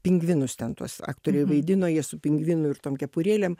pingvinus ten tuos aktoriai vaidino jie su pingvinu ir tom kepurėlėm